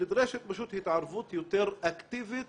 נדרשת פשוט התערבות יותר אקטיבית